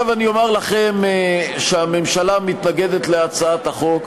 עכשיו אני אומר לכם שהממשלה מתנגדת להצעת החוק,